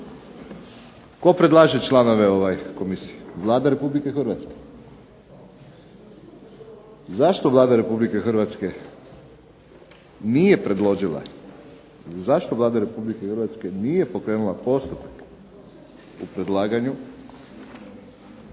Tko predlaže članove ove komisije? Vlada Republike Hrvatske. Zašto Vlada Republike Hrvatske nije predložila, zašto Vlada Republike Hrvatske nije pokrenula postupak u predlaganju